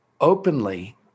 openly